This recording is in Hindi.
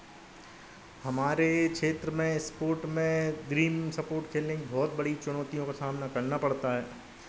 हमारे क्षेत्र में स्पोर्ट में ड्रीम स्पोर्ट खेलने की बहुत बड़ी चुनौतियों का सामना करना पड़ता है